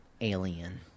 alien